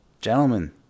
Gentlemen